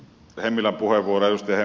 tennilä puhe vuodelta ja